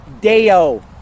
deo